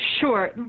Sure